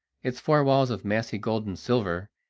its four walls of massy gold and silver,